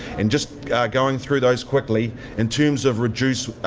and just going through those quickly in terms of reduce,